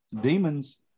Demons